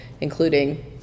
including